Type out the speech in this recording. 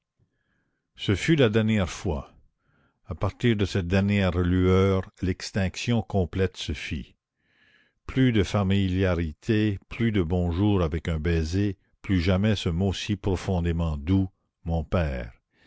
ce fut la dernière fois à partir de cette dernière lueur l'extinction complète se fit plus de familiarité plus de bonjour avec un baiser plus jamais ce mot si profondément doux mon père